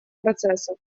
процессов